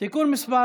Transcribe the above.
(תיקון מס'